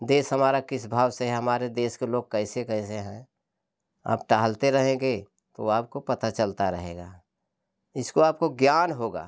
देश हमारा किस भाव से है हमारे देश के लोग कैसे कैसे हैं आप टहलते रहेंगे तो आपको पता चलता रहेगा इसको आपको ज्ञान होगा